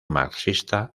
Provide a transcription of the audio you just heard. marxista